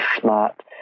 smart